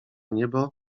niebo